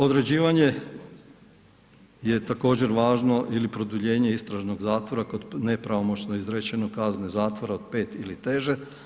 Određivanje je također važno ili produljenje istražnog zatvora kod nepravomoćno izrečene kazne zatvora od pet ili teže.